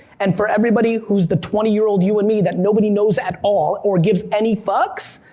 and for everybody who's the twenty year old you and me that nobody knows at all or gives any fucks,